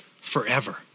forever